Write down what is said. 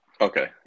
Okay